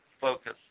focus